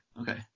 Okay